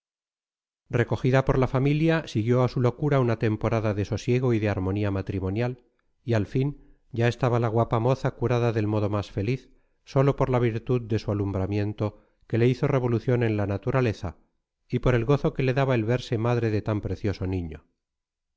recogida por la familia siguió a su locura una temporada de sosiego y de armonía matrimonial y al fin ya estaba la guapa moza curada del modo más feliz sólo por la virtud de su alumbramiento que le hizo revolución en la naturaleza y por el gozo que le daba el verse madre de tan precioso niño